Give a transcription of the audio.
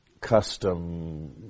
custom